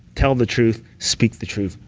tell the truth. speak the truth.